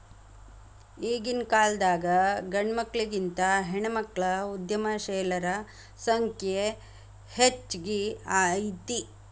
ಈಗಿನ್ಕಾಲದಾಗ್ ಗಂಡ್ಮಕ್ಳಿಗಿಂತಾ ಹೆಣ್ಮಕ್ಳ ಉದ್ಯಮಶೇಲರ ಸಂಖ್ಯೆ ಹೆಚ್ಗಿ ಐತಿ